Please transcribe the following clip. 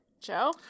Joe